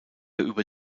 über